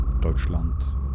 Deutschland